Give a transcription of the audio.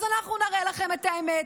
אז אנחנו נראה לכם את האמת.